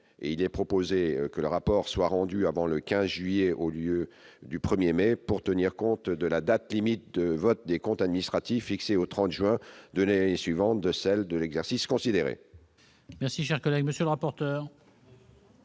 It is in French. ainsi proposé que le rapport soit rendu avant le 15 juillet, au lieu du 1 mai, pour tenir compte de la date limite de vote des comptes administratifs, fixée au 30 juin de l'année suivant l'exercice considéré.